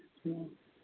ठीक